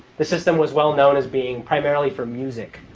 the system was well-known as being primarily for music.